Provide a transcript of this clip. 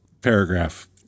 Paragraph